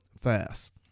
fast